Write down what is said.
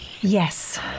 Yes